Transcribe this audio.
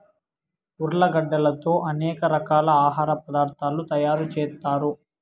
ఉర్లగడ్డలతో అనేక రకాల ఆహార పదార్థాలు తయారు చేత్తారు